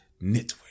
Network